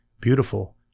beautiful